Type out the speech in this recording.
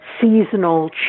seasonal